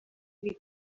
iri